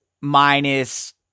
minus